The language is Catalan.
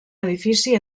edifici